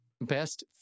Best